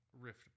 Rift